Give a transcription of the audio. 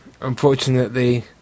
unfortunately